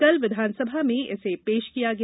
कल विधानसभा में इसे पेश किया गया